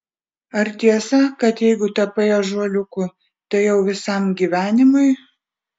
ar tiesa kad jeigu tapai ąžuoliuku tai jau visam gyvenimui